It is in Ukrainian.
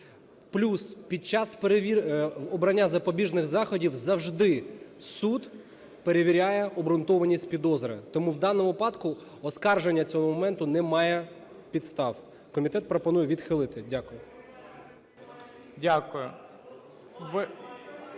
Плюс під час обрання запобіжних заходів завжди суд перевіряє обґрунтованість підозри. Тому в даному випадку оскарження цього моменту не має підстав. Комітет пропонує відхилити. Дякую.